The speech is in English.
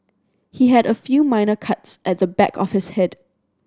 he had a few minor cuts at the back of his head